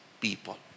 people